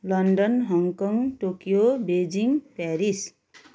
London Hong Kong Tokyo Beijing Paris